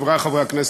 חברי חברי הכנסת,